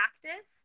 practice